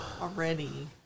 already